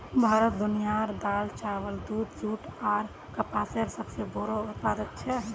भारत दुनियार दाल, चावल, दूध, जुट आर कपसेर सबसे बोड़ो उत्पादक छे